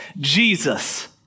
Jesus